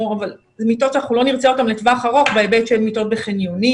אלה מיטות שאנחנו לא נרצה אותם לטווח ארוך בהיבט של מיטות בחניונים,